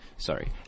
Sorry